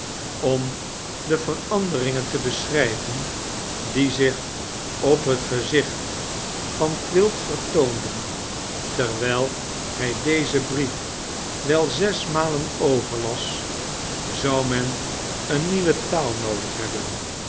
om de veranderingen tebeschrijven die zich op het gezicht van quilp vertoonden terwijl hij dezen brief wel zes malen overlas zou men eene nieuwe taal noodig hebben